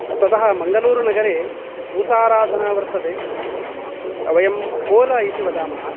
ततः मङ्गलूरुनगरे भूताराधना वर्तते वयं कोल इति वदामः